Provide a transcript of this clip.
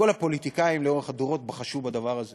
כל הפוליטיקאים, לאורך הדורות, בחשו בדבר הזה